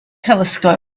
telescope